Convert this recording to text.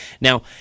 Now